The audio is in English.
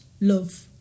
love